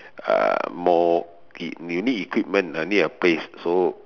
uh more y~ you need equipment I need a place so